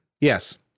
Yes